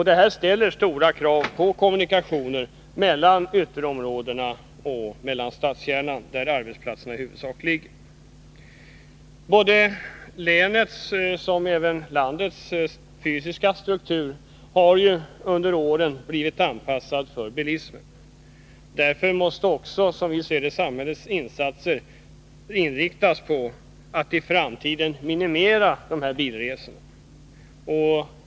Det ställer stora krav på kommunikationer mellan ytterområdena och stadskärnan, där arbetsplatserna i huvudsak ligger. Såväl länets som landets fysiska struktur har under åren blivit anpassad för bilismen. Därför måste, som vi ser det, samhällets insatser i framtiden också inriktas på att minimera bilresorna.